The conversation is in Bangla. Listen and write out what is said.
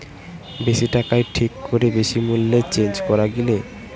বেশি টাকায় ঠিক করে বেশি মূল্যে চেঞ্জ করা গিলে